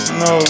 no